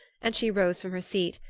and she rose from her seat,